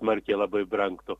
smarkiai labai brangtų